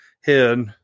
head